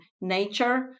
nature